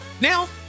now